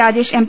Rajesh M